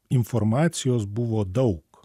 informacijos buvo daug